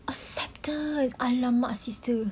acceptance !alamak! sister